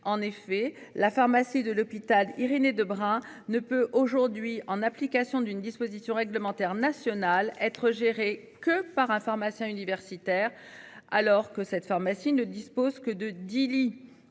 En effet, la pharmacie de l'hôpital. Irénée de bras ne peut aujourd'hui en application d'une disposition réglementaire national être gérées que par un pharmacien universitaire alors que cette pharmacie ne dispose que de 10 lits,